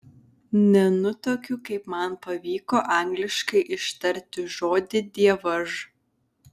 nenutuokiu kaip man pavyko angliškai ištarti žodį dievaž